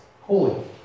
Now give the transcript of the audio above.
holy